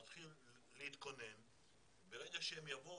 בסדר, צריך לתקן את זה, שהם יהיו